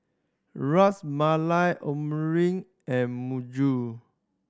Ras Malai and